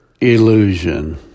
Illusion